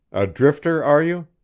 a drifter, are you?